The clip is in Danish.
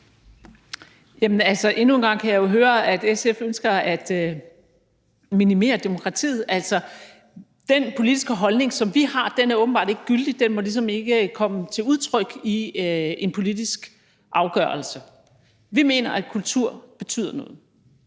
Endnu en gang kan jeg jo høre, at SF ønsker at minimere demokratiet. Altså, den politiske holdning, som vi har, er åbenbart ikke gyldig, den må ligesom ikke komme til udtryk i en politisk afgørelse. Vi mener, at kultur betyder noget,